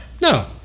No